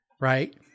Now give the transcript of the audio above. Right